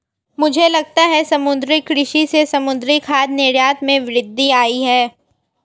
मुझे लगता है समुद्री कृषि से समुद्री खाद्य निर्यात में वृद्धि आयी है